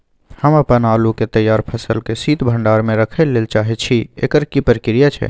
हम अपन आलू के तैयार फसल के शीत भंडार में रखै लेल चाहे छी, एकर की प्रक्रिया छै?